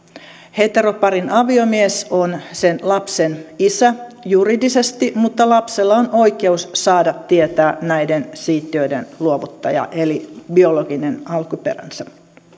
heteroparin aviomies on sen lapsen isä juridisesti mutta lapsella on oikeus saada tietää näiden siittiöiden luovuttaja eli biologinen alkuperänsä